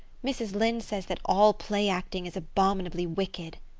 mrs. lynde says that all play-acting is abominably wicked.